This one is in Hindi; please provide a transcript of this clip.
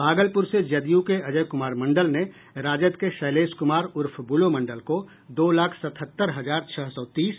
भागलपुर से जदयू के अजय कुमार मंडल ने राजद के शैलेश कुमार उर्फ बुलो मंडल को दो लाख सतहत्तर हजार छह सौ तीस